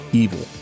evil